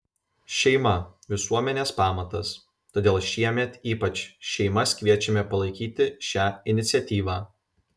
šeima visuomenės pamatas todėl šiemet ypač šeimas kviečiame palaikyti šią iniciatyvą